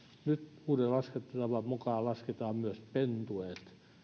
nyt uuden laskentatavan mukaan lasketaan myös pentueet